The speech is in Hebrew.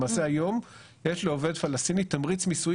למעשה היום יש לעובד פלסטיני תמריץ מיסוי